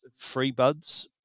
FreeBuds